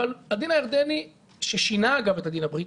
אבל הדין הירדני שינה את הדין הבריטי.